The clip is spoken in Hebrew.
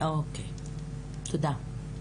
אוקיי, תודה.